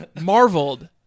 Marveled